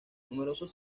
numerosos